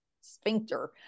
sphincter